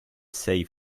sei